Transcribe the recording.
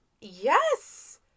yes